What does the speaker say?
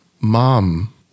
mom